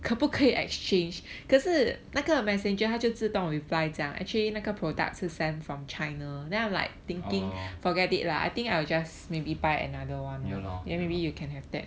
oh ya lor ya lor